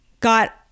got